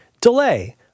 delay